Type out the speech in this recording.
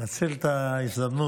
לנצל את ההזדמנות,